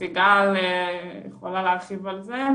סיגל יכולה להרחיב על זה.